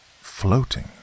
floating